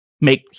make